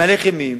אני מהלך אימים,